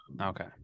okay